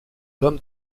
thom